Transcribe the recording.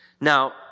Now